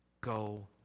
Go